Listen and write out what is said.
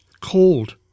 Cold